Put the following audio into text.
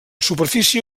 superfície